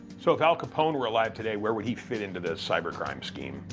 so if al capone were alive today, where would he fit into this cybercrime scheme?